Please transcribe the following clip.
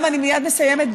אני מייד מסיימת.